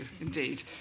indeed